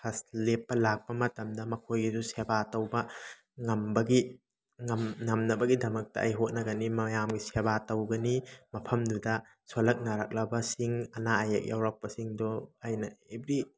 ꯍꯖ ꯂꯦꯞꯄ ꯂꯥꯛꯄ ꯃꯇꯝꯗ ꯃꯈꯣꯏ ꯑꯗꯨ ꯁꯦꯕꯥ ꯇꯧꯕ ꯉꯝꯕꯒꯤ ꯉꯝꯅꯕꯒꯤꯗꯃꯛꯇ ꯑꯩ ꯍꯣꯠꯅꯒꯅꯤ ꯃꯌꯥꯝꯒꯤ ꯁꯦꯕꯥ ꯇꯧꯒꯅꯤ ꯃꯐꯝꯗꯨꯗ ꯁꯣꯜꯂꯛ ꯅꯥꯔꯛꯂꯕꯁꯤꯡ ꯑꯅꯥ ꯑꯌꯦꯛ ꯌꯥꯎꯔꯛꯄꯁꯤꯡꯗꯣ ꯑꯩꯅ ꯑꯦꯚ꯭ꯔꯤ